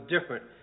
different